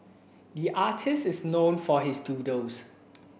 the artists is known for his doodles